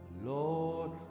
Lord